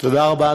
תודה רבה,